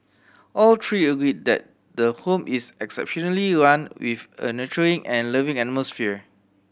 all three agree that the home is exceptionally run with a nurturing and loving atmosphere